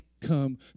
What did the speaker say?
come